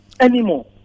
anymore